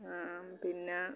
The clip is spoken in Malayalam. ആ ആ പിന്നെ